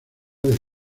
del